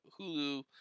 Hulu